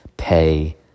pay